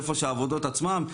איפה שהעבודות עצמן.